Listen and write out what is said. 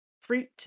fruit